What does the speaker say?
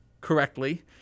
correctly